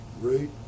great